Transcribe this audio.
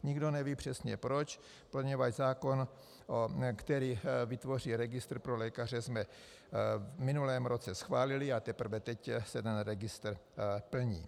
Nikdo neví přesně proč, poněvadž zákon, který vytvoří registr pro lékaře, jsme v minulém roce schválili a teprve teď se registr plní.